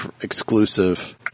exclusive